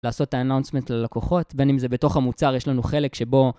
לעשות את האנאונסמנט ללקוחות, בין אם זה בתוך המוצר, יש לנו חלק שבו...